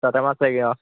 তাতে মাছ